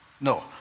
No